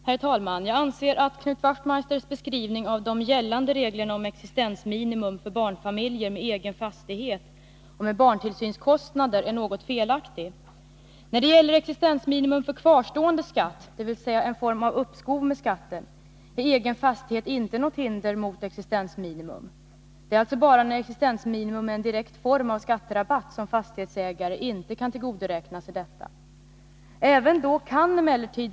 Herr talman! Jag anser att Knut Wachtmeisters beskrivning av gällande regler om existensminimum för barnfamiljer med egen fastighet och med barntillsynskostnader är något felaktig. När det gäller existensminimum för kvarstående skatt, dvs. en form av uppskov med skatten, utgör innehav av egen fastighet inte något hinder. Det är alltså bara när existensminimum är en direkt form av skatterabatt som fastighetsägare inte kan tillgodoräkna sig något i detta sammanhang.